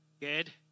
Good